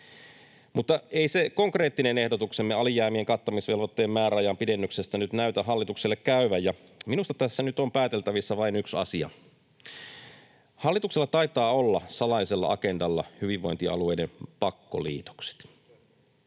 Mutta ei se konkreettinen ehdotuksemme alijäämien kattamisvelvoitteen määräajan pidennyksestä nyt näytä hallitukselle käyvän, ja minusta tässä nyt on pääteltävissä vain yksi asia: hallituksella taitaa olla salaisella agendalla hyvinvointialueiden pakkoliitokset.